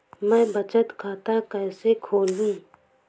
मैं बचत खाता कैसे खोलूँ?